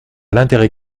l’intérêt